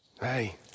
Hey